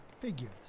figures